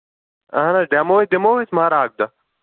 اَہَن حظ ڈٮ۪مو ہَے دِمو أسۍ مگر اَکھ دۅہ